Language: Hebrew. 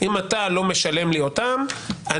אם החייב היה מחזיר לי את הכסף במועד,